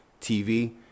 TV